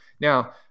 Now